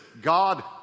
God